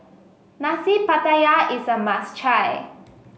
Nasi Pattaya is a must try